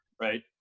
right